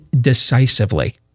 decisively